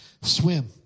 Swim